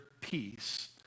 peace